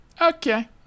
Okay